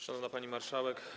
Szanowna Pani Marszałek!